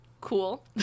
cool